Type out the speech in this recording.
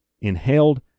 inhaled